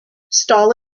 stall